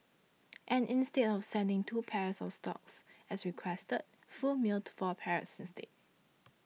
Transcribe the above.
and instead of sending two pairs of stocks as requested Foo mailed to four pairs instead